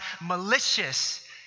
malicious